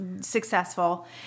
successful